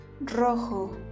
Rojo